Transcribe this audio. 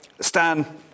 Stan